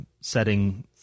setting